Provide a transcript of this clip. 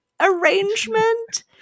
arrangement